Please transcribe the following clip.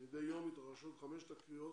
מדי יום מתרחשות חמש תקריות